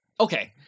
Okay